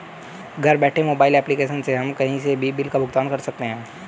घर बैठे mobile application से हम कही से भी बिल का भुगतान कर सकते है